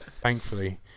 Thankfully